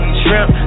shrimp